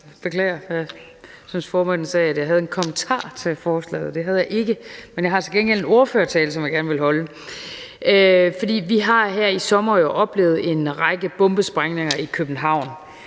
Jeg troede, at formanden sagde, at jeg havde en kommentar til forslaget. Det har jeg ikke, men jeg har til gengæld en ordførertale, som jeg gerne vil holde. For vi har jo her i sommer oplevet en række bombesprængninger i København